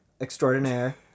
extraordinaire